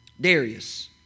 Darius